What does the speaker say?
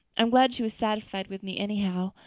i'm glad she was satisfied with me anyhow,